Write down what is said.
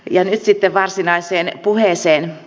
ja nyt sitten varsinaiseen puheeseen